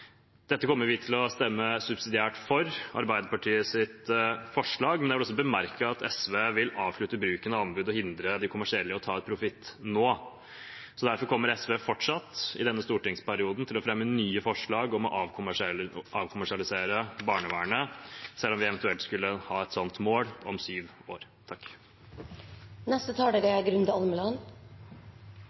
kommer vi subsidiært til å stemme for Arbeiderpartiets forslag. Men jeg vil også bemerke at SV vil avslutte bruken av anbud og hindre de kommersielle i å ta profitt, nå. Derfor kommer SV fortsatt, i denne stortingsperioden, til å fremme nye forslag om å avkommersialisere barnevernet, selv om vi eventuelt skulle ha et mål om 7 år.